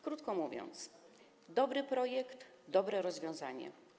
Krótko mówiąc: to dobry projekt, dobre rozwiązania.